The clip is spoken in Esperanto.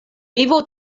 vivo